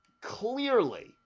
clearly